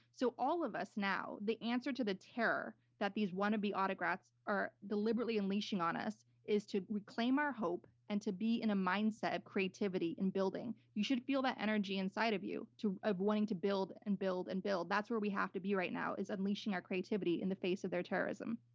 so all of us now, the answer to the terror that these wannabe autocrats are deliberately unleashing on us, is to reclaim our hope and to be in a mindset of creativity and building. you should feel that energy inside of you of wanting to build and build and build. that's where we have to be right now, is unleashing our creativity in the face of their terrorism.